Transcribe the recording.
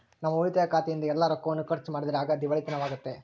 ನಮ್ಮ ಉಳಿತಾಯ ಖಾತೆಯಿಂದ ಎಲ್ಲ ರೊಕ್ಕವನ್ನು ಖರ್ಚು ಮಾಡಿದರೆ ಆಗ ದಿವಾಳಿತನವಾಗ್ತತೆ